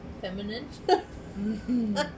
feminine